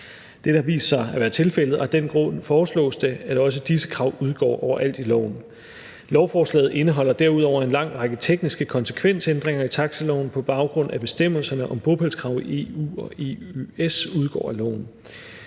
Dette har vist sig at være tilfældet, og af den grund foreslås det, at også disse krav udgår overalt i loven. Lovforslaget indeholder derudover en lang række tekniske konsekvensændringer i taxiloven, på baggrund af at bestemmelserne om bopælskrav i EU/EØS udgår af loven.